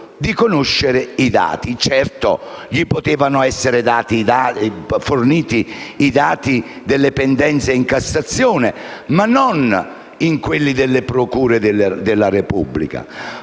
di conoscere i dati - certo, gli potevano essere forniti i dati delle pendenze in cassazione, ma non quelli presso le procure della Repubblica